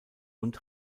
und